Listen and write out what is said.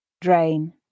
drain